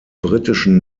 britischen